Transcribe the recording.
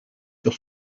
sur